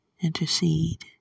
Intercede